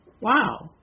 Wow